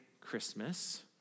Christmas